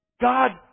God